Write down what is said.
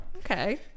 okay